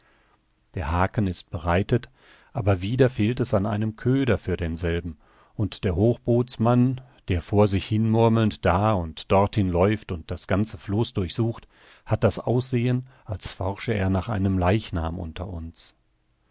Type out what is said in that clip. der haken ist bereitet aber wieder fehlt es an einem köder für denselben und der hochbootsmann der vor sich hinmurmelnd da und dorthin läuft und das ganze floß durchsucht hat das aussehen als forsche er nach einem leichnam unter uns